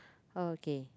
oh okay